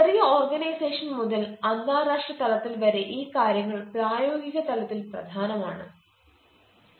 ചെറിയ ഓർഗനൈസേഷൻ മുതൽ അന്താരാഷ്ട്ര തലത്തിൽ വരെ ഈ കാര്യങ്ങൾ പ്രായോഗിക തലത്തിൽ പ്രധാനം ആണ്